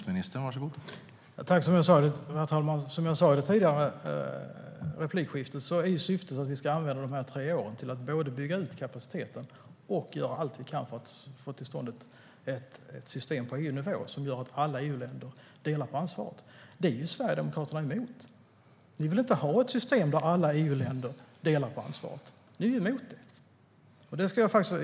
Herr talman! Som jag sa i mitt tidigare replikskifte är syftet att vi ska använda dessa tre år till att både bygga ut kapaciteten och göra allt vi kan för att få till stånd ett system på EU-nivå som gör att alla EU-länder delar på ansvaret. Det är Sverigedemokraterna emot. Ni vill inte ha ett system där alla EU-länder delar på ansvaret, Paula Bieler. Ni är emot det.